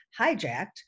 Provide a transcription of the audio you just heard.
hijacked